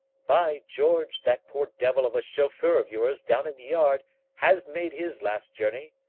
by george, that poor devil of a chauffeur of yours down in the yard has made his last journey.